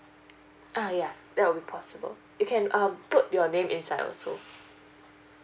uh ya that would be possible you can um put your name inside also